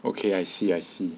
okay I see I see